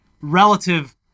relative